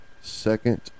second